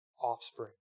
offspring